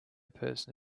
person